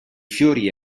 fiori